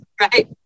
right